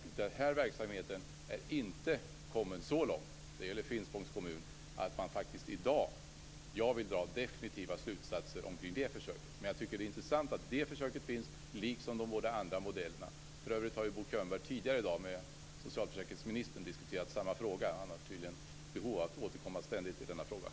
Denna verksamhet är inte kommen så långt - det gäller Finspångs kommun - att man i dag kan dra definitiva slutsatser. Men det är intressant att detta försök finns liksom de båda andra modellerna. För övrigt har Bo Könberg tidigare i dag med socialförsäkringsministern diskuterat samma fråga. Han har tydligt ett behov av att ständigt återkomma till den frågan.